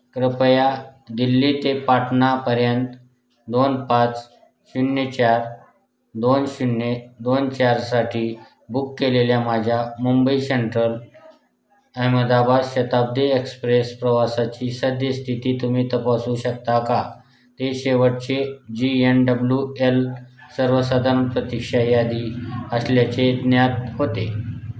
कृपया दिल्ली ते पाटणापर्यंत दोन पाच शून्य चार दोन शून्य दोन चारसाठी बुक केलेल्या माझ्या मुंबई सेंट्रल अहमदाबाद शताब्दी एक्सप्रेस प्रवासाची सद्यस्थिती तुम्ही तपासू शकता का ते शेवटचे जी एन डब्लू एल सर्वसाधारण प्रतिक्षा यादी असल्याचे ज्ञात होते